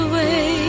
Away